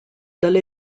dalle